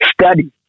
study